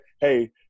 hey